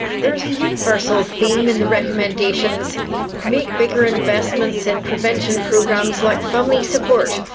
there is a universal theme in the recommendations make bigger investments in prevention programs like family support,